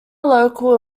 local